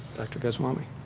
dr. gotswami?